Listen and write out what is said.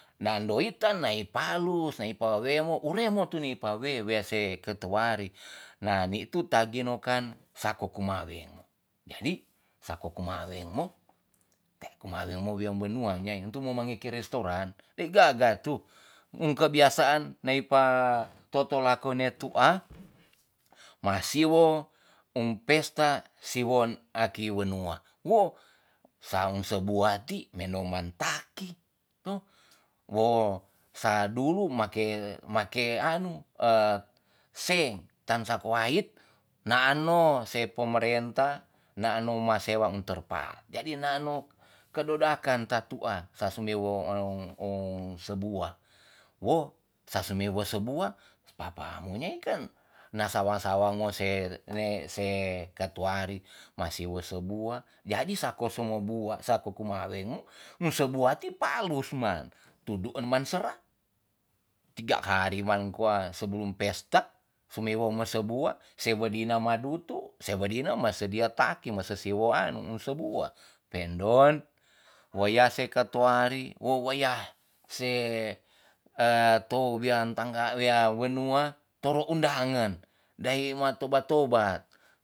Naan doitan nae palus nae pa weno ure mo tuni pa we wea se katuari na ni tu taginokan sako kumaweng jadi sako kumaweng mo te' kumaweng mo wia banua nyai tu mange ke restoran de gaga tu um kebiasaan nae pa totolako ne tu'a masiwo um pesta siwon aki wenua wo sa sebua ti minoman taki to wo sa dulu make make anu e seng tan sa kuait naan no se pemerentah naan no ma sewa terpal jadi naan no kedodakan ta tu'a sa susendewo sebua wo sase we me sebua papa mui na kan sawang sawang mo se ne se katuari ma siwo sebua jadi sako somo bua sako kumaweng mu mu sebua ti palus man tu du eman sera tiga hari mang kua sebelum pesta sumewo me sebua sewedina madutu sewedina masedia taki mase siwo anu sebua pe ndon weya se katuari wo wei ya se e tou wean tangga wea wenua toro undangen dae ma tobat tobat